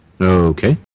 Okay